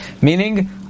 meaning